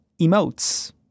emotes